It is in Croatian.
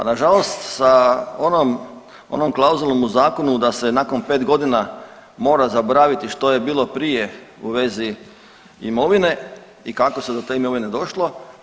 Pa na žalost sa onom klauzulom u zakonu da se nakon pet godina mora zaboraviti što je bilo prije u vezi imovine i kako se do te imovine došlo.